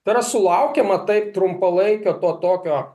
tai yra sulaukiama taip trumpalaikio to tokio